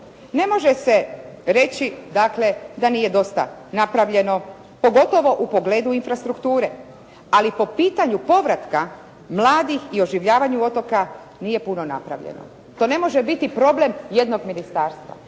Ne može se reći dakle da nije dosta napravljeno pogotovo u pogledu infrastrukture. Ali po pitanju povratka mladih i oživljavanju otoka nije puno napravljeno. To ne može biti problem jednog ministarstva.